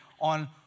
on